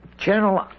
General